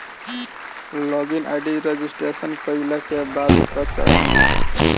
log in ID registration कईला के बाद कअ चरण हवे